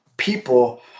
people